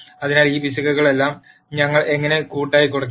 അതിനാൽ ഈ പിശകുകളെല്ലാം ഞങ്ങൾ എങ്ങനെ കൂട്ടായി കുറയ്ക്കും